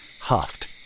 huffed